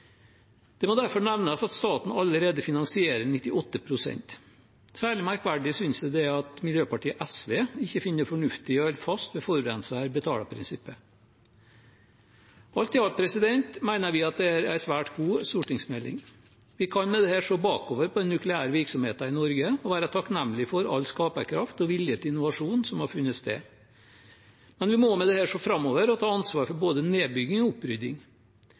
Det må derfor nevnes at staten allerede finansierer 98 pst. Særlig merkverdig synes jeg det er at miljøpartiet SV ikke finner det fornuftig å holde fast ved prinsippet om at forurenser betaler. Alt i alt mener vi at dette er en svært god stortingsmelding. Vi kan med dette se bakover på den nukleære virksomheten i Norge og være takknemlig for all skaperkraft og vilje til innovasjon som har funnet sted. Men vi må med dette se framover og ta ansvar for både nedbygging og